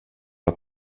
att